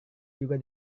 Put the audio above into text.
juga